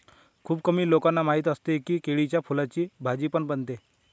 खुप कमी लोकांना माहिती असतं की, केळ्याच्या फुलाची भाजी पण बनते